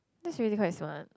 that's really quite smart